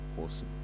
Awesome